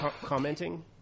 commenting